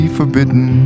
forbidden